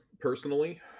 personally